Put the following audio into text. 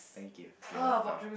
thank you you're welcome